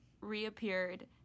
reappeared